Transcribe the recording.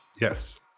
yes